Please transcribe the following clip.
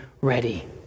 ready